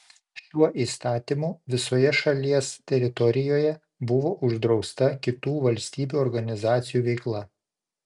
šiuo įstatymu visoje šalies teritorijoje buvo uždrausta kitų valstybių organizacijų veikla